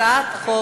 הצעת חוק